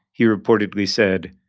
he reportedly said,